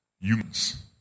humans